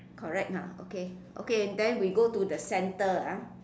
correct ah okay okay then we go to the center ah